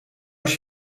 als